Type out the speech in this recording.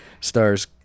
stars